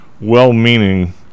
well-meaning